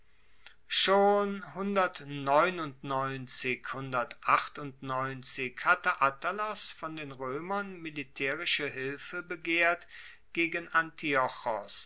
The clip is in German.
schon hatte attalos von den roemern militaerische hilfe begehrt gegen